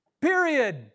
period